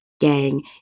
gang